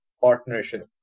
Partnership